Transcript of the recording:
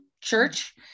church